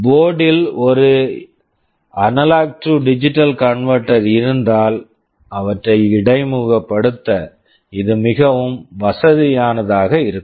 போர்டில் board -ல் ஒரு ஏடி கன்வெர்ட்டர் AD converter இருந்தால் அவற்றை இடைமுகப்படுத்த இது மிகவும் வசதியானதாக இருக்கும்